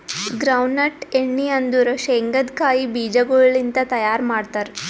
ground nut ಎಣ್ಣಿ ಅಂದುರ್ ಶೇಂಗದ್ ಕಾಯಿ ಬೀಜಗೊಳ್ ಲಿಂತ್ ತೈಯಾರ್ ಮಾಡ್ತಾರ್